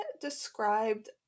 described